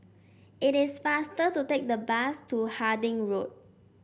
it is faster to take the bus to Harding Road